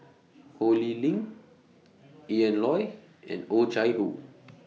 Ho Lee Ling Ian Loy and Oh Chai Hoo